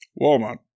Walmart